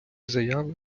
заяви